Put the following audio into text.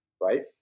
Right